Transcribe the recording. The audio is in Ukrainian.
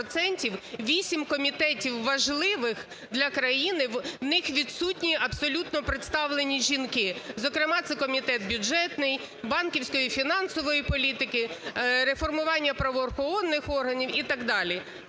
комітетів важливих для країни, у них відсутні абсолютно представлені жінки. Зокрема, це комітет бюджетний, банківської і фінансової політики, реформування правоохоронних органів і так далі.